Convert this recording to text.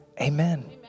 Amen